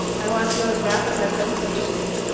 i want to wrap up my presentation